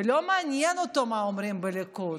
ולא מעניין אותו מה אומרים בליכוד,